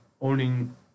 owning